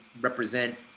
represent